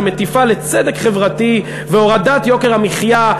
שמטיפה לצדק חברתי והורדת יוקר המחיה,